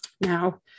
Now